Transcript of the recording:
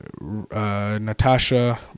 Natasha